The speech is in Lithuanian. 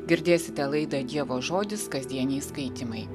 girdėsite laidą dievo žodis kasdieniai skaitymai